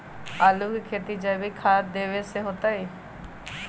आलु के खेती जैविक खाध देवे से होतई?